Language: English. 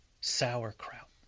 Sauerkraut